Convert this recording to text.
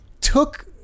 took